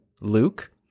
luke